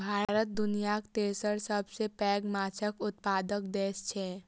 भारत दुनियाक तेसर सबसे पैघ माछक उत्पादक देस छै